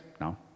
No